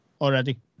already